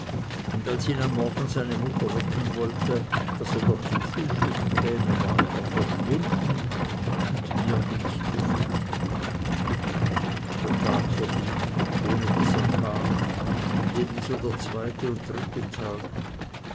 und als ihn am morgen seine mutter wecken wollte daß er doch zum frühstück käme war er verschwunden und nirgends zu finden der tag verging ohne daß er kam und ebenso der zweite und dritte tag